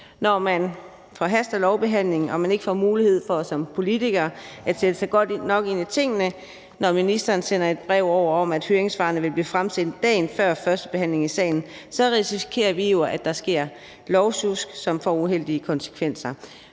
Når man forhaster lovbehandlingen og vi som politikere ikke får en mulighed for at sætte os godt nok ind i tingene, og når ministeren sender et brev over om, at høringssvarene vil blive fremsendt dagen før førstebehandlingen i salen, risikerer vi jo, at der sker lovsjusk, som får uheldige konsekvenser.